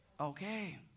Okay